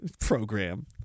program